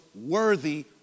worthy